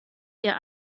ihr